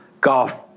golf